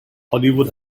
hollywood